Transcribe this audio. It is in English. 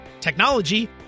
technology